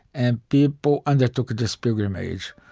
and people undertook ah this pilgrimage.